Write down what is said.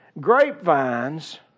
Grapevines